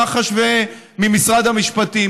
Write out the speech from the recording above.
ממח"ש וממשרד המשפטים.